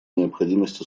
необходимость